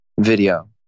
video